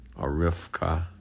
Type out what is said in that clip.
Arifka